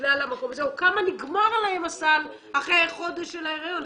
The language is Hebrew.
בגלל זה, כמה נגמר להן הסל אחרי חודש של ההריון.